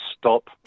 stop